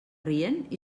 rient